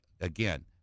again